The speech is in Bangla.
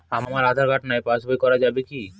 আমার আঁধার কার্ড নাই পাস বই করা যাবে কি?